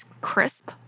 crisp